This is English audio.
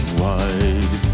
wide